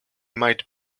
might